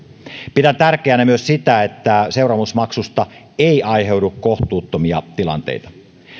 pidän tärkeänä myös sitä että seuraamusmaksusta ei aiheudu kohtuuttomia tilanteita